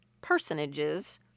personages